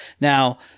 Now